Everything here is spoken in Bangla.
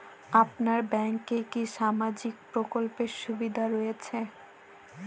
আপনার ব্যাংকে কি সামাজিক প্রকল্পের সুবিধা রয়েছে?